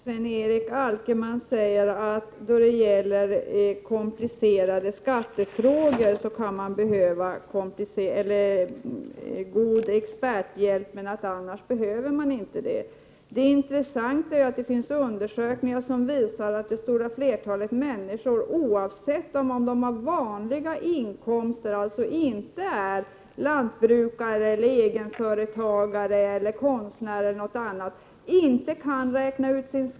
Fru talman! Sven-Erik Alkemark säger att man kan behöva experthjälp då det gäller komplicerade skattefrågor, annars behöver man inte det. Det intressanta är att det finns undersökningar som visar att det stora flertalet människor, oavsett om de har vanliga inkomster och alltså inte är lantbruka re, egenföretagare, konstnärer e.d., inte kan räkna ut sin skatt.